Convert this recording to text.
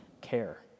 care